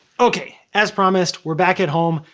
okay, as promised, we're back at home.